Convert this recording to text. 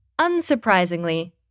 Unsurprisingly